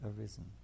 arisen